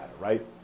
right